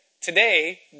Today